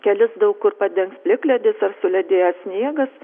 kelius daug kur padengs plikledis ar suledėjęs sniegas